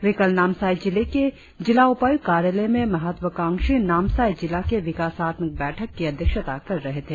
वे कल नामसाई जिले के जिला उपायुक्त कार्यालय में महत्वकांक्षी नामसाई जिला के विकासात्मक बैठक की अध्यक्षता कर रहे थे